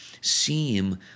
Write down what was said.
seem